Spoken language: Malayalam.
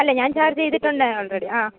അല്ല ഞാൻ ചാർജ് ചെയ്തിട്ടുണ്ട് ഓൾറെഡി ആ